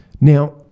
now